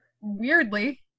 weirdly